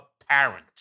apparent